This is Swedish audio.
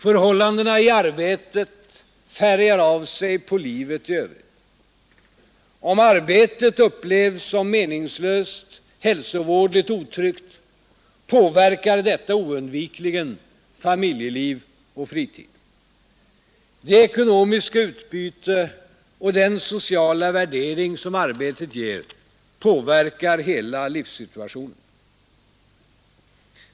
Förhållandena i arbetet färgar av sig på livet i övrigt. Om arbetet upplevs som meningslöst, hälsovådligt, otryggt påverkar detta oundvikligen familjeliv och fritid. Det ekonomiska utbyte och den sociala värdering som arbetet ger påverkar hela livssituationen.